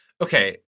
Okay